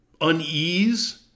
unease